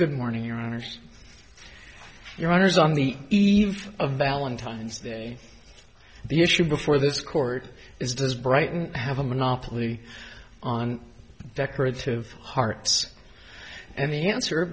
good morning your honors your honors on the eve of valentine's day the issue before this court is does brighton have a monopoly on decorative hearts and the answer